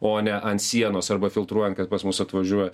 o ne ant sienos arba filtruojant kad pas mus atvažiuoja